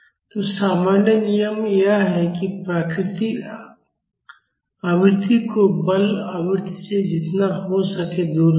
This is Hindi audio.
तो सामान्य नियम यह है कि प्राकृतिक आवृत्ति को बल आवृत्ति से जितना हो सके दूर रखें